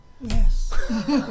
Yes